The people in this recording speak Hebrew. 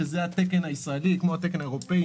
שזה התקן הישראלי כמו התקן האירופאי,